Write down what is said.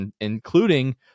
including